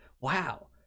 Wow